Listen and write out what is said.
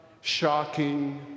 shocking